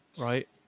right